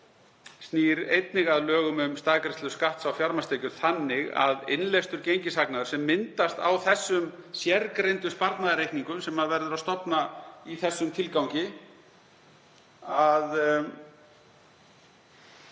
snýr einnig að lögum um staðgreiðslu skatts á fjármagnstekjur þannig að innleystur gengishagnaður, sem myndast á þessum sérgreindu sparnaðarreikningum, sem verður að stofna í þessum tilgangi,